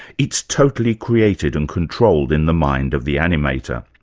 it's totally created and controlled in the mind of the animator.